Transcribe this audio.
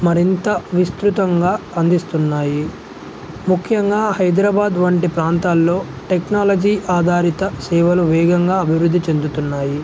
మరింత విస్తృతంగా అందిస్తున్నాయి ముఖ్యంగా హైదరాబాద్ వంటి ప్రాంతాల్లో టెక్నాలజీ ఆధారిత సేవలు వేగంగా అభివృద్ధి చెందుతున్నాయి